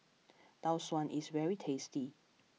Tau Suan is very tasty